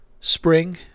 spring